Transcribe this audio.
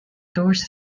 tourist